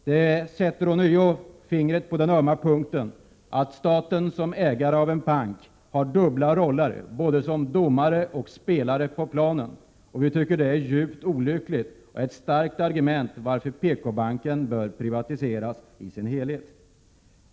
Det sätter ånyo fingret på den ömma punkten att staten som ägare av en bank har dubbla roller — både som domare och som spelare på planen. Vi tycker att detta är djupt olyckligt och att det är ett starkt argument för att PKbanken bör privatiseras i sin helhet.